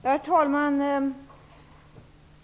Herr talman!